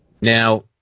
Now